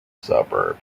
suburb